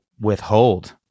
withhold